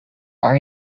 are